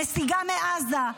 נסיגה מעזה,